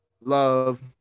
love